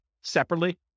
separately